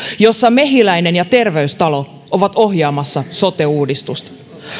jossa mehiläinen ja terveystalo ovat ohjaamassa sote uudistusta